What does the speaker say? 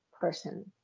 person